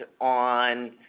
on